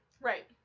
right